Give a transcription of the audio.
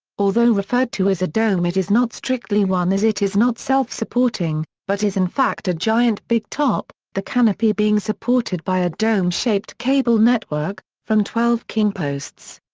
although referred to as a dome it is not strictly one as it is not self-supporting, but is in fact a giant big top, the canopy being supported by a dome-shaped cable network, from twelve king posts.